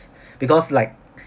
because like